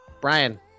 Brian